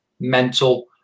mental